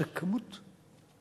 זו כמות אדירה.